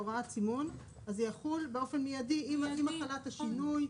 זה יחול באופן מיידי עם הטלת השינוי.